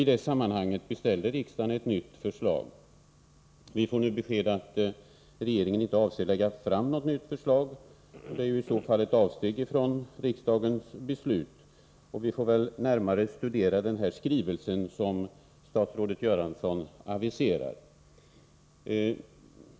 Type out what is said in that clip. I det sammanhanget beställde riksdagen ett nytt förslag. Vi får nu besked om att regeringen inte avser att lägga fram något nytt förslag. Det är i så fall ett avsteg från riksdagens beslut. Vi får väl närmare studera den skrivelse som statsrådet Göransson aviserar.